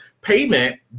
payment